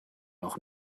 noch